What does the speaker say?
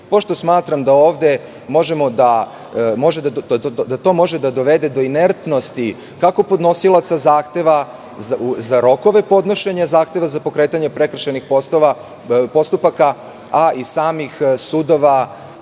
pošto smatram da to može da dovode do inertnosti kako podnosilaca zahteva, za rokove podnošenja zahteva za pokretanje prekršajnih postupaka, a i samih sudova